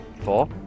Four